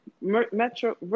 Metro